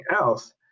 else